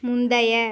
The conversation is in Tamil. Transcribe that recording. முந்தைய